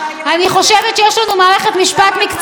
אני חושבת שיש לנו מערכת משפט מקצועית.